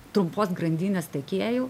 trumpos grandinės tiekėjų